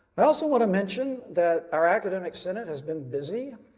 i also want to mention that our academic senate has been busy.